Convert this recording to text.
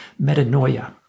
metanoia